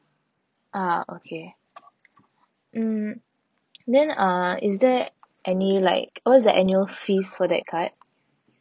ah okay mm then uh is there any like what is the annual fees for that card